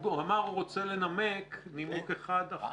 והוא אמר שהוא רוצה לנמק נימוק אחד אחוד.